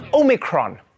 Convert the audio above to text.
Omicron